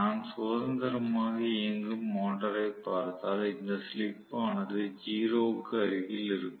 நான் சுதந்திரமாக இயங்கும் மோட்டாரைப் பார்த்தால் இந்த ஸ்லிப் ஆனது 0 க்கு அருகில் இருக்கும்